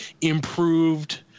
improved